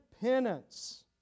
penance